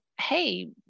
hey